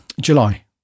July